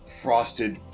frosted